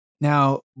Now